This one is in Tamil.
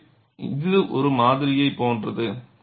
எனவே இது ஒரு மாதிரியை போன்றது